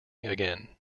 again